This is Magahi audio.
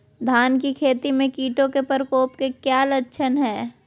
धान की खेती में कीटों के प्रकोप के लक्षण कि हैय?